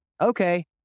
okay